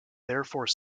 therefore